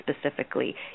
specifically